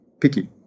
picky